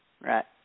Right